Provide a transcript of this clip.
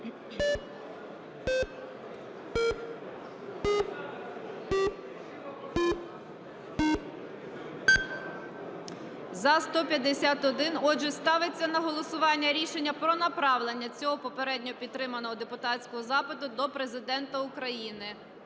За-151 Отже, ставиться на голосування рішення про направлення цього попередньо підтриманого депутатського запиту до Президента України.